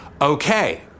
Okay